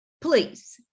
Please